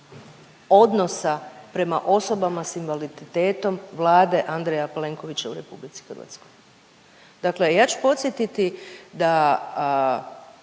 odnosa prema osobama sa invaliditetom Vlade Andreja Plenkovića u Republici Hrvatskoj. Dakle, ja ću podsjetiti da